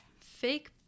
fake